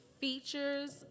features